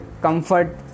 comfort